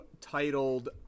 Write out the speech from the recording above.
titled